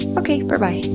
okay. berbye.